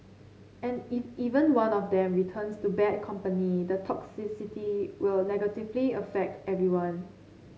and if even one of them returns to bad company the toxicity will negatively affect everyone